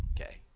okay